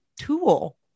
tool